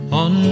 on